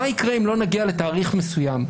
מה יקרה אם לא נגיע לתאריך מסוים.